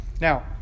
Now